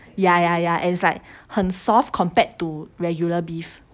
ya ya ya and it's like 很 soft compared to regular beef